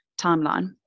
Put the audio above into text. timeline